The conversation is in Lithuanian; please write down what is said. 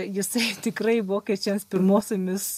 jisai tikrai vokiečiams pirmosiomis